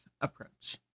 approach